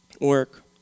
Work